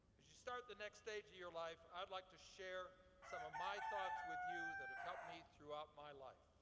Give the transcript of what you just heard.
as you start the next stage of your life, i'd like to share some of my thoughts with you that have helped me throughout my life.